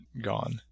gone